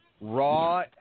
Raw